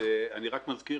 אני רק מזכיר,